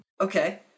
Okay